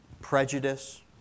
prejudice